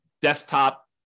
desktop